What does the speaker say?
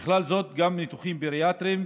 ובכלל זה ניתוחים בריאטריים.